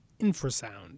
infrasound